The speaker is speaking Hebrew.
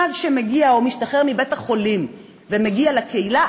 פג שמשתחרר מבית-החולים ומגיע לקהילה,